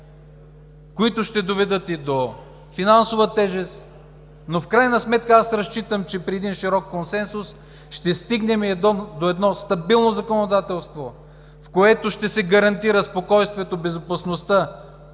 които ще доведат и до финансова тежест. В крайна сметка аз разчитам, че при един широк консенсус ще стигнем до едно стабилно законодателство, с което ще се гарантира спокойствието, безопасността,